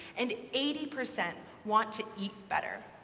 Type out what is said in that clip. and eighty percent want to eat better.